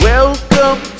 Welcome